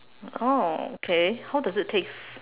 oh okay how does it taste